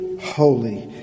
holy